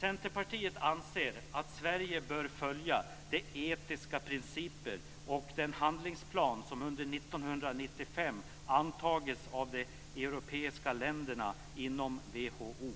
Centerpartiet anser att Sverige bör följa de etiska principer och den handlingsplan som under 1995 har antagits av de europeiska länderna inom WHO.